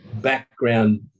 background